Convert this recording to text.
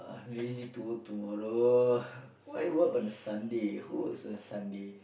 I'm lazy to work tomorrow why work on a Sunday who works on a Sunday